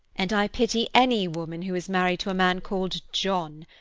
and i pity any woman who is married to a man called john.